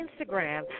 Instagram